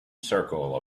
circle